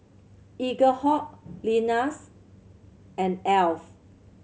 Eaglehawk Lenas and Alf